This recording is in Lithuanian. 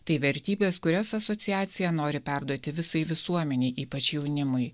tai vertybės kurias asociacija nori perduoti visai visuomenei ypač jaunimui